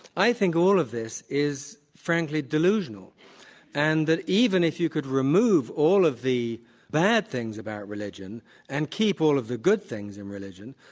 i think all of this is frankly delusional and that even if you could remove all of the bad things about religion and keep all of the good things in religion,